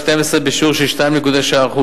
בשיעור של 2.6%,